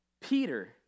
Peter